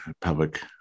public